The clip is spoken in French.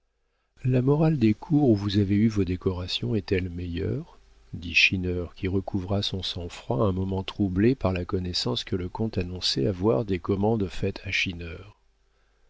la morale des cours où vous avez eu vos décorations est-elle meilleure dit schinner qui recouvra son sang-froid un moment troublé par la connaissance que le comte annonçait avoir des commandes faites à